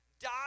die